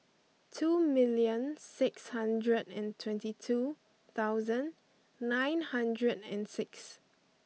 two million six thousand and twenty two thousand nine hundred and six